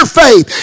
faith